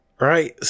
right